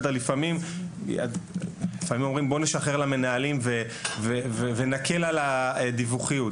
לפעמים אומרים: "בואו נשחרר למנהלים ונקל על הדיווחים".